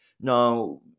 now